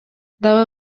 дагы